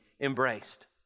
embraced